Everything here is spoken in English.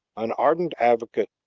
an ardent advocate,